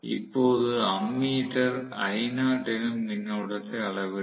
இப்போது ammeter I0 என்னும் மின்னோட்டத்தை அளவிடும்